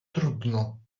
trudno